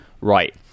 right